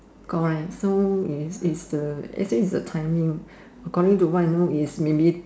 got wine so is is the let's say is the timing according to what I know is maybe